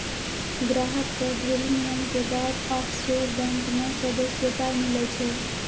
ग्राहक कअ ढ़ेरी नियम के बाद ऑफशोर बैंक मे सदस्यता मीलै छै